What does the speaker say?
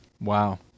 Wow